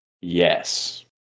Yes